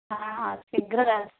ହଁ ହଁ ଶୀଘ୍ର ଆସ